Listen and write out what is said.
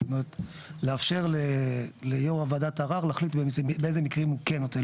זאת אומרת לאפשר ליו"ר ועדת ערר להחליט באיזה מקרים הוא כן נותן,